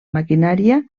maquinària